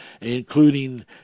including